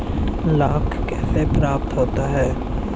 लाख कैसे प्राप्त होता है?